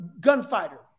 gunfighter